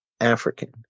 African